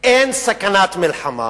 אין סכנת מלחמה,